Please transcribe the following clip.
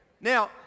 Now